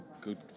good